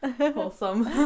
Awesome